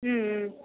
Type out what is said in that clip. ம் ம்